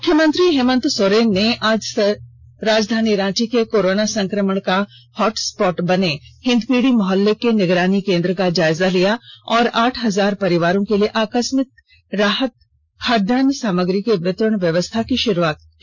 मुख्यमंत्री हेमंत सोरेन ने आज राजधानी रांची के कोरोना संक्रमण का हॉट स्पॉट बने हिंदपीढ़ी मुहल्ले के निगरानी केन्द्र का जायजा लिया और आठ हजार परिवारों के लिए आकस्मिक राहत खाद्यान्न सामग्री के वितरण व्यवस्था की शुरूआत की